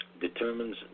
determines